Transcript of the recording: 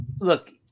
Look